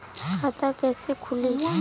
खाता कईसे खुली?